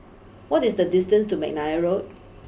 what is the distance to McNair Road